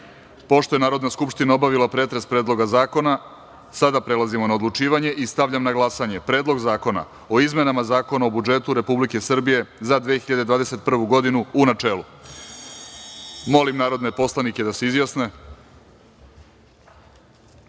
je narodna skupština obavila pretres Predloga zakona, prelazimo na odlučivanje. Stavljam na glasanje Predlog zakona o izmenama Zakona o budžetu Republike Srbije za 2021. godinu, u načelu. Molim narodne poslanike da se